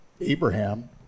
Abraham